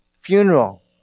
funeral